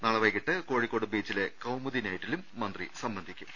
നാളെ വൈകീട്ട് കോഴിക്കോട് ബീച്ചിലെ കൌമുദി നൈറ്റിലും മന്ത്രി സംബന്ധിക്കും